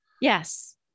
Yes